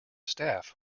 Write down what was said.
staff